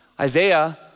Isaiah